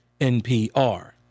NPR